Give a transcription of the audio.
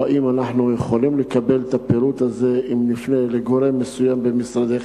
או האם אנחנו יכולים לקבל את הפירוט הזה אם נפנה לגורם מסוים במשרד?